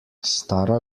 stara